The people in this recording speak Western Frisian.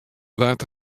waard